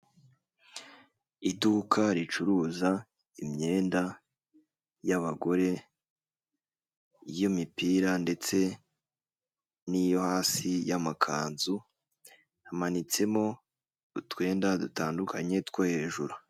Iduka ricuruza imyenda y'abagore y'imipira ndetse n'iyo hasi y'amakanzu, hamanitsemo utwenda dutandukanye two hejuru.